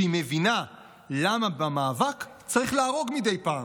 שהיא מבינה למה במאבק צריך להרוג מדי פעם,